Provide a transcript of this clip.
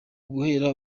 guhera